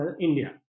India